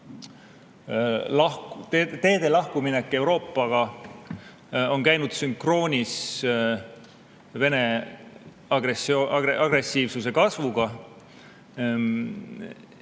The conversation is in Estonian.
teede lahkuminek on käinud sünkroonis Vene agressiivsuse kasvuga.